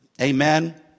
Amen